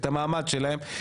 את המעמד שלהם,